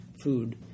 food